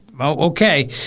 okay